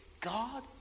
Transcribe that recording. God